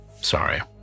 Sorry